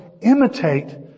imitate